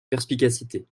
perspicacité